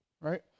right